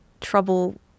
trouble